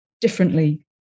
differently